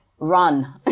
Run